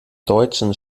deutschen